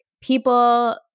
people